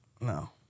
No